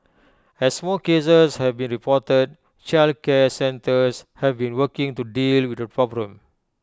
as more cases have been reported childcare centres have been working to deal with the problem